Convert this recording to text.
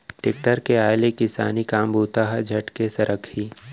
tractor के आय ले किसानी काम बूता ह झटके सरकही